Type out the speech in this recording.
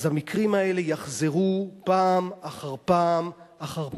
אז המקרים האלה יחזרו פעם אחר פעם אחר פעם.